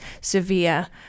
severe